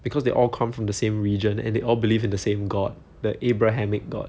because they all come from the same region and they all believe in the same god the abrahamic god